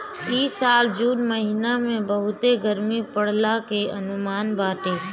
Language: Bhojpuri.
इ साल जून महिना में बहुते गरमी पड़ला के अनुमान बाटे